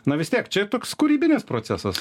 na vis tiek čia toks kūrybinis procesas